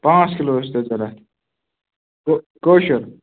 پانٛژھ کِلوٗ ٲسۍ تۄہہِ ضرورَت کٲ کٲشُر